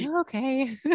okay